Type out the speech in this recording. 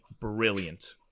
brilliant